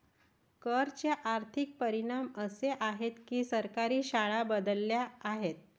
कर चे आर्थिक परिणाम असे आहेत की सरकारी शाळा बदलल्या आहेत